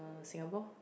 Singapore